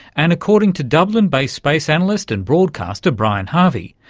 and according to dublin-based space analyst and broadcaster brian harvey,